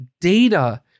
data